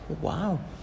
Wow